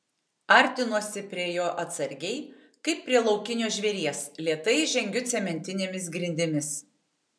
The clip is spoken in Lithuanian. artinuosi prie jo atsargiai kaip prie laukinio žvėries lėtai žengiu cementinėmis grindimis